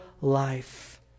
life